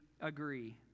agree